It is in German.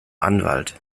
anwalt